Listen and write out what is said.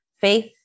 faith